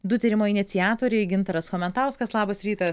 du tyrimo iniciatoriai gintaras chomentauskas labas rytas